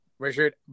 Richard